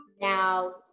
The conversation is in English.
Now